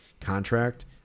contract